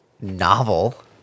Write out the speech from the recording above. novel